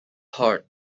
heart